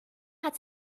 hat